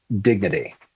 dignity